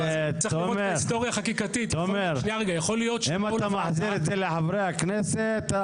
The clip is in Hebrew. אז בשנתיים האלו הוא כבר יעשה את הביומטרי שלו ל-10 שנים,